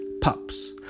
Pups